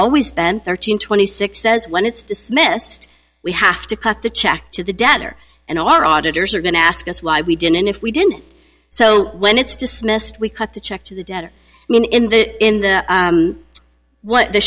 always been thirteen twenty six says when it's dismissed we have to cut the check to the debtor and our auditors are going to ask us why we didn't if we didn't so when it's dismissed we cut the check to the debtor in the in the what the